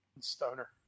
Stoner